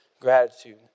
Gratitude